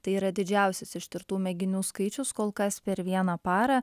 tai yra didžiausias ištirtų mėginių skaičius kol kas per vieną parą